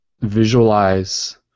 visualize